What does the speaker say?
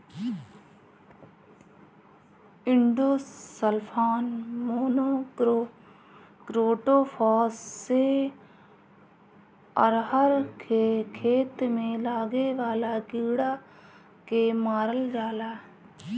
endosulfan, monocrotophos से अरहर के खेत में लागे वाला कीड़ा के मारल जाला